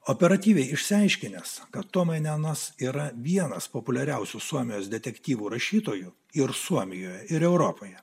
operatyviai išsiaiškinęs kad tuomainenas yra vienas populiariausių suomijos detektyvų rašytojų ir suomijoje ir europoje